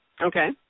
Okay